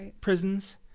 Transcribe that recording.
prisons